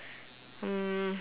um